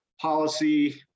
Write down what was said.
policy